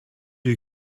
you